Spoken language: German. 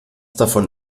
davon